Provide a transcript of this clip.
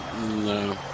No